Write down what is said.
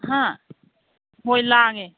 ꯍꯥ ꯍꯣꯏ ꯂꯥꯡꯉꯦ